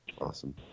Awesome